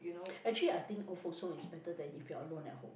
actually I think old folks home is better than if you're alone at home